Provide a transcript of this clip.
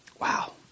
Wow